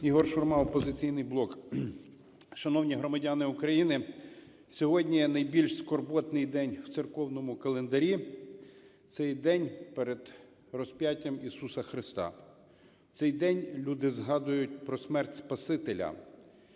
Ігор Шурма, "Опозиційний блок". Шановні громадяни України, сьогодні найбільш скорботний день в церковному календарі - цей день перед розп'яттям Ісуса Христа. В цей день люди згадують про смерть Спасителя.